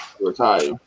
retire